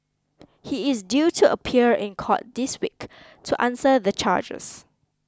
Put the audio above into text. he is due to appear in court this week to answer the charges